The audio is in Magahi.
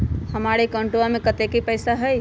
हमार अकाउंटवा में कतेइक पैसा हई?